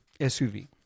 SUV